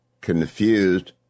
confused